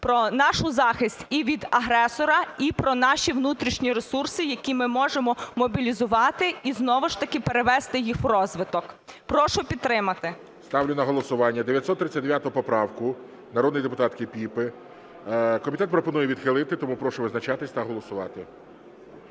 про наш захист і від агресора, і про наші внутрішні ресурси, які ми можемо мобілізувати і знову ж таки перевести їх в розвиток. Прошу підтримати. ГОЛОВУЮЧИЙ. Ставлю на голосування 939 поправку народної депутатки Піпи. Комітет пропонує відхилити, тому прошу визначатись та голосувати.